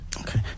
Okay